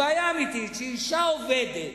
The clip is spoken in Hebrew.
הבעיה האמיתית היא שאשה שעובדת